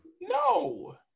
No